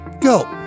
go